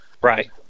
Right